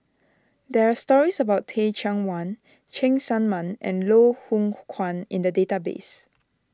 there are stories about Teh Cheang Wan Cheng Tsang Man and Loh Hoong Kwan in the database